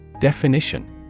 Definition